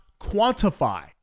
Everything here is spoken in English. quantify